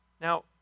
Now